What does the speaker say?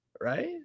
right